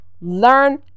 Learn